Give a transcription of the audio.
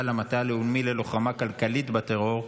למטה הלאומי ללוחמה כלכלית בטרור),